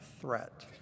threat